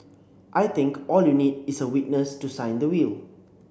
I think all you need is a witness to sign the will